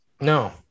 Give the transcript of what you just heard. No